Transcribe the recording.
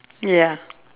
ya